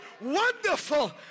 Wonderful